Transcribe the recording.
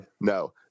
No